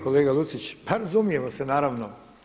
Kolega Lucić, pa razumijemo se naravno.